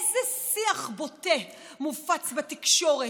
איזה שיח בוטה מופץ בתקשורת,